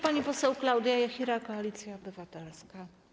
Pani poseł Klaudia Jachira, Koalicja Obywatelska.